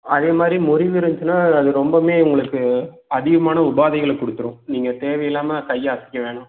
அதேமாதிரி முறிவு இருந்துச்சுனா அது ரொம்பவுமே உங்களுக்கு அதிகமான உபாதைகளை கொடுத்துரும் நீங்கள் தேவை இல்லாமல் கை அசைக்க வேணாம்